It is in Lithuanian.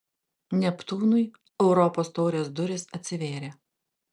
neptūnui europos taurės durys atsivėrė